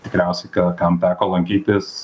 tikriausiai ka kam teko lankytis